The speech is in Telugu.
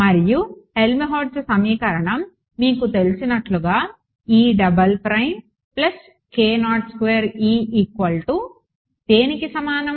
మరియు హెల్మ్హోల్ట్జ్ సమీకరణం మీకు తెలిసినట్లుగా దేనికి సమానం